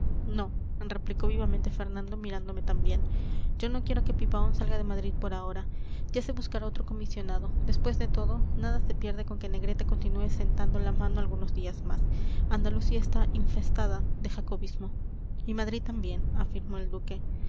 mirándome no replicó vivamente fernando mirándome también yo no quiero que pipaón salga de madrid por ahora ya se buscará otro comisionado después de todo nada se pierde con que negrete continúe sentando la mano algunos días más andalucía está infestada de jacobismo y madrid también afirmó el duque